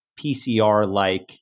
PCR-like